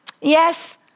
Yes